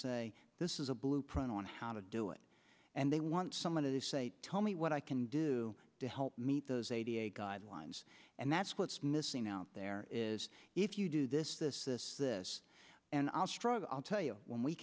say this is a blueprint on how to do it and they want someone to tell me what i can do to help meet those guidelines and that's what's missing out there is if you do this this this this and i'll struggle i'll tell you when we